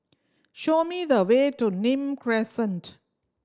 show me the way to Nim Crescent